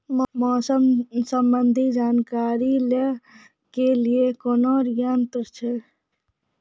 मौसम संबंधी जानकारी ले के लिए कोनोर यन्त्र छ?